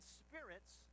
spirits